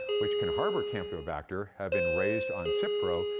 which can harbor campylobacter, have been raised on cipro,